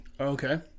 okay